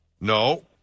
No